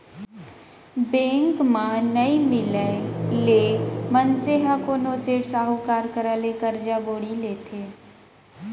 bank म नइ मिलय ले मनसे ह कोनो सेठ, साहूकार करा ले करजा बोड़ी लेथे